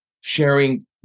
sharing